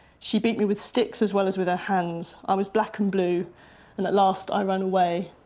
she beat me with sticks as well as with her hands. i was black and blue and at last i ran away.